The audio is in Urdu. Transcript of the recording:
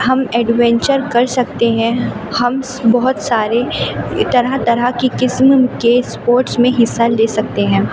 ہم ایڈوینچر کر سکتے ہیں ہم بہت سارے طرح طرح کی قسم کے اسپورٹس میں حصہ لے سکتے ہیں